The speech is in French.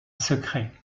secret